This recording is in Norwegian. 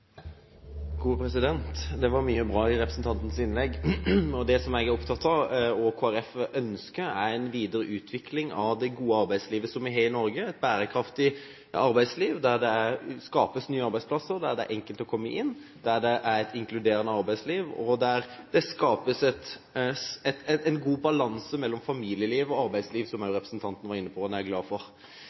gode arbeidslivet vi har i Norge; et bærekraftig arbeidsliv der det skapes nye arbeidsplasser, der det er enkelt å komme inn, der det er et inkluderende arbeidsliv, og der det skapes en god balanse mellom familieliv og arbeidsliv. Dette var representanten inne på, og det er jeg glad for.